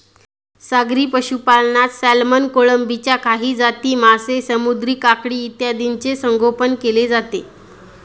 सागरी पशुपालनात सॅल्मन, कोळंबीच्या काही जाती, मासे, समुद्री काकडी इत्यादींचे संगोपन केले जाते